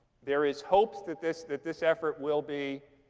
there is hope that this that this effort will be